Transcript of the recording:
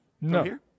No